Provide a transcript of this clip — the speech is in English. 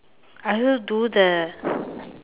I also do the